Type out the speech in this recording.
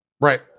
Right